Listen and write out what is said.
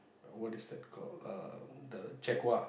what is that called uh the Jaguar